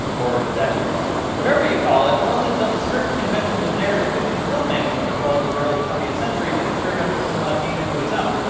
or, that weird stuff. whatever you call it, it wasn't until the strict conventions of narrative fiction filmmaking took hold in the early twentieth century that experimental cinema came into its own.